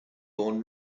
born